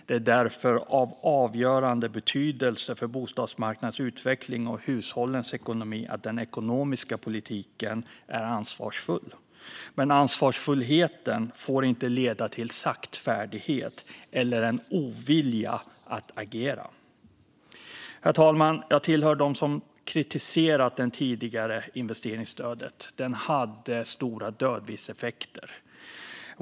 Det är därför av avgörande betydelse för bostadsmarknadens utveckling och hushållens ekonomi att den ekonomiska politiken är ansvarsfull. Men ansvarsfullheten får inte leda till saktfärdighet eller en ovilja att agera. Herr talman! Jag tillhör dem som har kritiserat det tidigare investeringsstödet. Det hade stora dödviktseffekter.